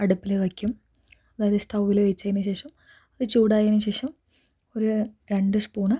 അടുപ്പിൽ വെയ്ക്കും അതായത് സ്റ്റൗവിൽ വെച്ചതിന് ശേഷം അത് ചൂടായതിന് ശേഷം ഒരു രണ്ട് സ്പൂൺ